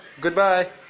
goodbye